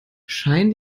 scheinen